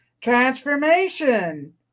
Transformation